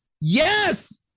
yes